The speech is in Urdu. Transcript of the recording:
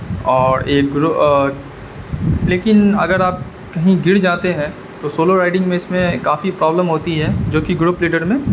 اور ایک گرو لیکن اگر آپ کہیں گر جاتے ہیں تو سولو رائیڈنگ میں اس میں کافی پروبلم ہوتی ہے جوکہ گروپ لیڈر میں